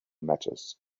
matters